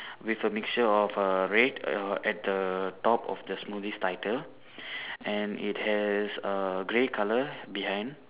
with a mixture of err red uh at the top of the smoothies title and it has err grey colour behind